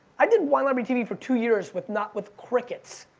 i did wine library tv for two years with not, with crickets.